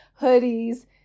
hoodies